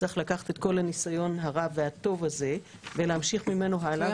צריך לקחת את כל הניסיון הרב והטוב הזה ולהמשיך ממנו הלאה,